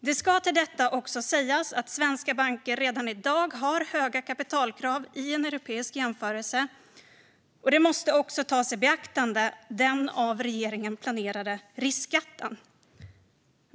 Det ska utöver detta sägas att svenska banker redan i dag har höga kapitalkrav i en europeisk jämförelse. Den av regeringen planerade riskskatten måste också tas i beaktande.